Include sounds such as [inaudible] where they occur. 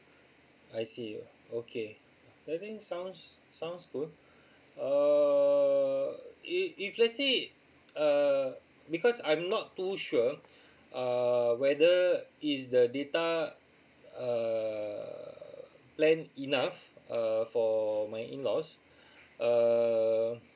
I see okay I think sounds sounds good uh if if let's say uh because I'm not too sure [breath] uh whether is the data err plan enough uh for my in-laws uh